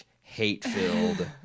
hate-filled